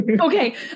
Okay